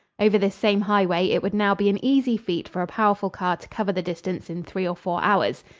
over this same highway it would now be an easy feat for a powerful car to cover the distance in three or four hours.